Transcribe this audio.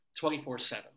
24-7